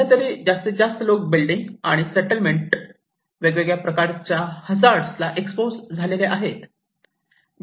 सध्यातरी जास्तीत जास्त लोक बिल्डिंग आणि सेटलमेंट वेगवेगळ्या प्रकारच्या हजार्ड ला एक्सपोज झालेले आहेत